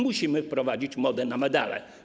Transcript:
Musimy wprowadzić modę na medale.